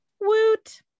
Woot